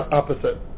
opposite